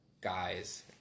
guys